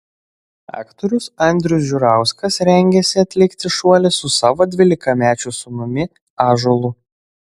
aktorius andrius žiurauskas rengiasi atlikti šuolį su savo dvylikamečiu sūnumi ąžuolu